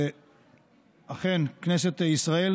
שאכן כנסת ישראל